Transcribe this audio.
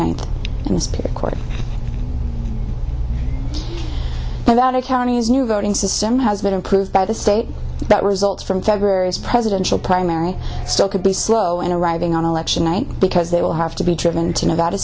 ninth and the spirit court about a county's new voting system has been approved by the state that results from february as presidential primary still could be slow in arriving on election night because they will have to be driven to nevada